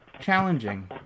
challenging